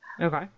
Okay